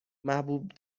محبوب